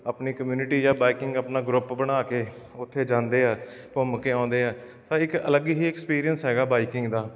ਆਪਣੀ ਕਮਿਊਨਿਟੀ ਜਾਂ ਬਾਈਕਿੰਗ ਆਪਣਾ ਗਰੁੱਪ ਬਣਾ ਕੇ ਉੱਥੇ ਜਾਂਦੇ ਆ ਘੁੰਮ ਕੇ ਆਉਂਦੇ ਆ ਪਰ ਇੱਕ ਅਲੱਗ ਹੀ ਐਕਸਪੀਰੀਅੰਸ ਹੈਗਾ ਬਾਈਕਿੰਗ ਦਾ